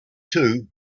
two